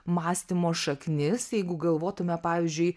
mąstymo šaknis jeigu galvotume pavyzdžiui